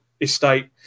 estate